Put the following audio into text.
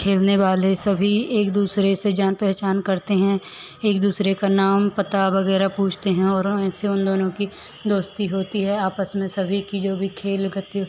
खेलने वाले सभी एक दूसरे से जान पहचान करते हैं एक दूसरे का नाम पता वगैरह पूछते हैं और ऐसे उन दोनों की दोस्ती होती है आपस में सभी की जो भी खेल गति